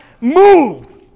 move